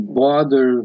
bother